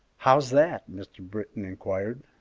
how's that? mr. britton inquired.